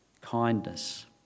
kindness